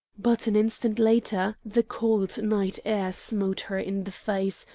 but an instant later the cold night air smote her in the face,